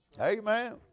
Amen